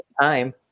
time